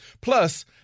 Plus